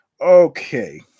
okay